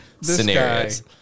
scenarios